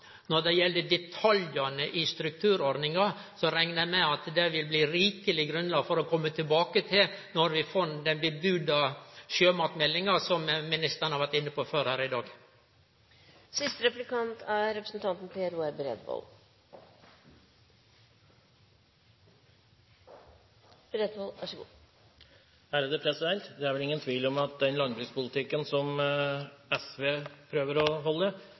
Når det gjeld detaljane i strukturordninga, reknar eg med at det vil det bli rikeleg høve til å kome tilbake til når vi får den varsla sjømatmeldinga, som ministeren har vore inne på her før i dag. Det er vel ingen tvil om at den landbrukspolitikken som SV prøver å